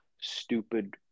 stupid